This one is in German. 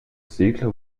segler